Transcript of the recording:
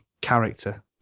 character